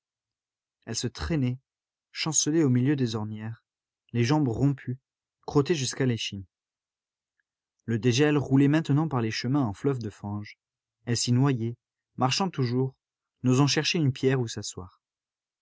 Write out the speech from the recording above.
elle se traînait chancelait au milieu des ornières les jambes rompues crottée jusqu'à l'échine le dégel roulait maintenant par les chemins en fleuve de fange elle s'y noyait marchant toujours n'osant chercher une pierre où s'asseoir